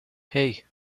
hey